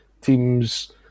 teams